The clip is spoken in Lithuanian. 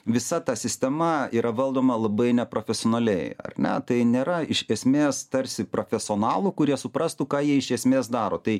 visa ta sistema yra valdoma labai neprofesionaliai ar ne tai nėra iš esmės tarsi profesionalų kurie suprastų ką jie iš esmės daro tai